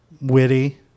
Witty